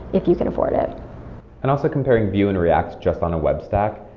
if you can afford it and also comparing vue and react just on a web stack,